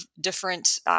different